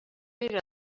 era